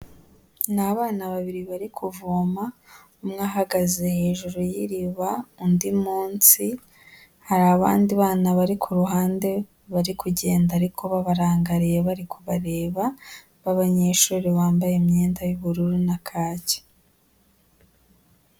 Ni abana babiri bari kuvoma umwe ahagaze hejuru y'iriba undi munsi, hari abandi bana bari ku ruhande bari kugenda ariko babarangariye bari kubareba b'abanyeshuri bambaye imyenda y'ubururu na kake.